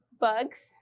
Bugs